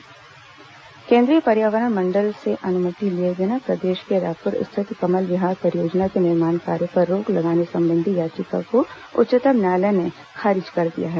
कमल Vihar project केन्द्रीय पर्यावरण मंडल से अनुमति लिए बिना प्रदेश के रायपुर स्थित कमल विहार परियोजना के निर्माण कार्य पर रोक लगाने संबंधी याचिका को उच्चतम न्यायालय ने खारिज कर दिया है